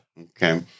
Okay